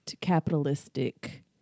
capitalistic